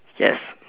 yes